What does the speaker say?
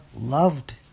loved